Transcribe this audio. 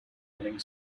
running